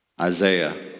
Isaiah